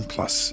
Plus